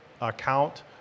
account